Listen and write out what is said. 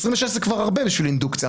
26 זה כבר הרבה בשביל אינדוקציה,